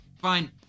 fine